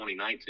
2019